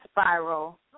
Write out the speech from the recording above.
spiral